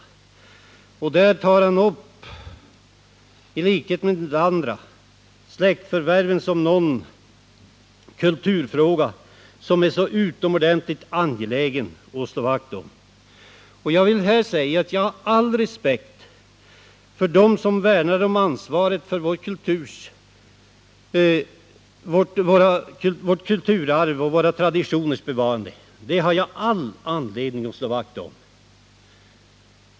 I likhet med en del andra talare betraktade Hans Wachtmeister släktförvärven såsom en kulturfråga, som det är utomordentligt angeläget att slå vakt om. Jag hyser all respekt för dem som värnar om ansvaret för vårt kulturarvs och våra traditioners bevarande. Det har vi all anledning att slå vakt om.